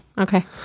okay